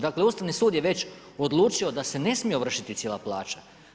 Dakle, Ustavni sud je već odlučio da se ne smije ovršiti cijela plaća.